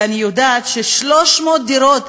ואני יודעת ש-300 דירות,